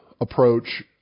approach